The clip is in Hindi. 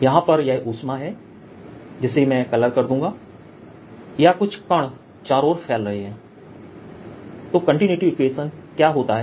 यहां पर यह ऊष्मा है जिसे मैं कलर् कर दूंगा या कुछ कण चारों ओर फैल रहे हैं तो कंटिन्यूटी इक्वेशन क्या होता है